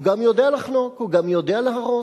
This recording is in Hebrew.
הוא גם יודע לחנוק, הוא גם יודע להרוס.